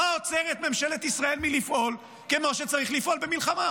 מה עוצר את ממשלת ישראל מלפעול כמו שצריך לפעול במלחמה?